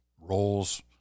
roles